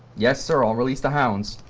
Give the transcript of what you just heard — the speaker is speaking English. yes sir, i'll release the hounds.